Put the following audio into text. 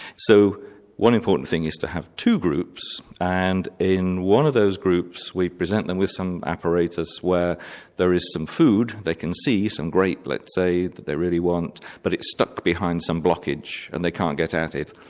so one important thing is to have two groups, and in one of those groups we present them with some apparatus where there is some food, they can see some grapes let's say that they really want, but it's stuck behind some blockage and they can't get at it.